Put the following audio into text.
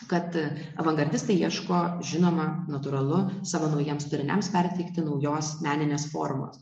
kad avangardistai ieško žinoma natūralu savo naujiems turiniams perteikti naujos meninės formos